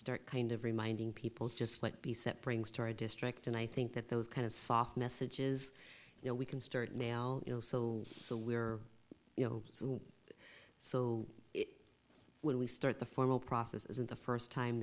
start kind of reminding people just like be set brings to our district and i think that those kind of soft messages you know we can start now you know so so we're you know so when we start the formal process isn't the first time